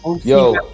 Yo